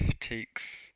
takes